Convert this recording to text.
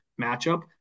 matchup